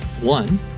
One